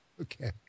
Okay